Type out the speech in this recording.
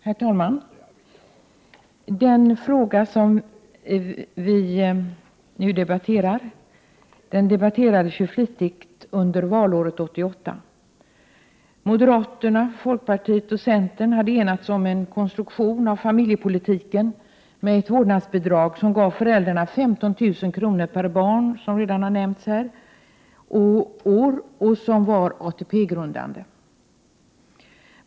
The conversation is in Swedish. Herr talman! Den fråga som vi nu debatterar, debatterades ju flitigt under valåret 1988. Som redan har nämnts här hade moderaterna, folkpartiet och centern enats om en konstruktion av familjepolitiken med ett vårdnadsbidrag, som gav föräldrarna 15 000 kr. per barn och år och som var ATP-grundande.